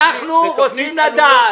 אנחנו רוצים לדעת,